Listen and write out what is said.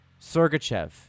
Sergachev